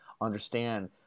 understand